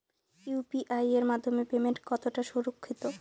UPI এর মাধ্যমে payment কতটা সুরক্ষিত?